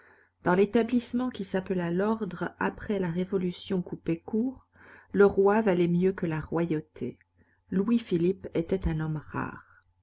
dans l'établissement qui s'appela l'ordre après la révolution coupée court le roi valait mieux que la royauté louis-philippe était un homme rare